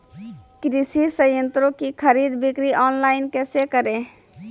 कृषि संयंत्रों की खरीद बिक्री ऑनलाइन कैसे करे?